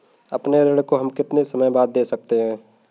अपने ऋण को हम कितने समय बाद दे सकते हैं?